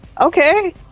Okay